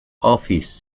office